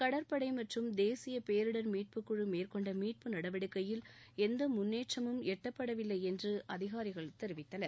கடற்படை மற்றும் தேசிய பேரிடர் மீட்புக் குழு மேற்கொண்ட மீட்பு நடவடிக்கையில் எந்த முன்னேற்றமும் எட்டப்படவில்லை என்று அதிகாரிகள் தெரிவித்தனர்